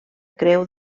creu